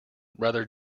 rather